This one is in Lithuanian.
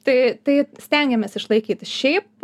tai tai stengiamės išlaikyt šiaip